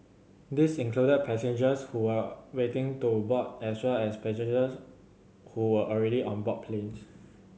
these included passengers who were waiting to board as well as passengers who were already on board planes